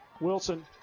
Wilson